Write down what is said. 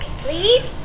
please